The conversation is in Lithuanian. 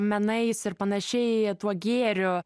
menais ir panašiai tuo gėriu